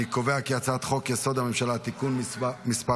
אני קובע כי הצעת חוק-יסוד: הממשלה (תיקון מספר